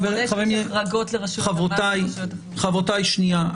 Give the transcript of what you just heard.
בתוך זה יש החרגות לרשויות --- חברותיי, שנייה.